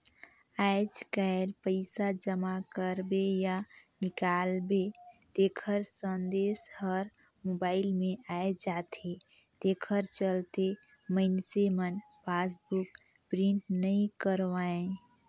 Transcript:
आयज कायल पइसा जमा करबे या निकालबे तेखर संदेश हर मोबइल मे आये जाथे तेखर चलते मइनसे मन पासबुक प्रिंट नइ करवायें